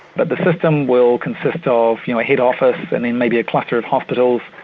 but the system will consist ah of you know head office, and then maybe a cluster of hospitals,